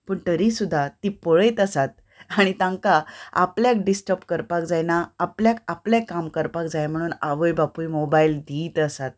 पूण तरी सुद्दां तीं पळयत आसात आनी तांकां आपल्याक डिस्टर्ब करपाक जायना आपल्याक आपलें काम करपाक जाय म्हणून आवय बापूय मोबायल दीत आसात